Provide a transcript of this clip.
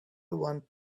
went